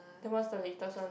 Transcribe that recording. then what's the latest one